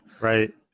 Right